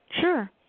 Sure